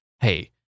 Hey